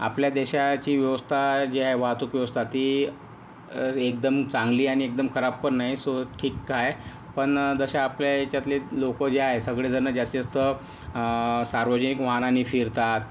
आपल्या देशाची व्यवस्था जी आहे वाहतूक व्यवस्था ती एकदम चांगली आणि एकदम खराब पण नाही सो ठीक आहे पण जसं आपल्या याच्यातले लोक जे आहे सगळे जण जास्तीत जास्त सार्वजनिक वाहनानी फिरतात